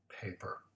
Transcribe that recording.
paper